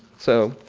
so,